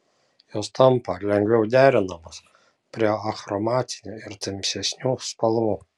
jos tampa lengviau derinamos prie achromatinių ir tamsesnių spalvų